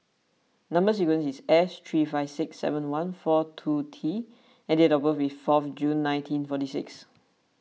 Number Sequence is S three five six seven one four two T and date of birth is fourth June nineteen forty six